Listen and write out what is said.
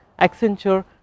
Accenture